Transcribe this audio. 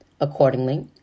Accordingly